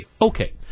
Okay